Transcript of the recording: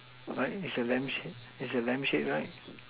right is a lamp shape is the lamp shade right